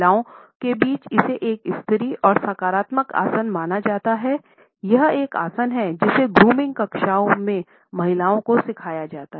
महिलाओं के बीच इसे एक स्त्री और सकारात्मक आसन माना जाता है यह एक आसन है जिसे ग्रूमिंग कक्षाओं में महिलाओं को सिखाया जाता है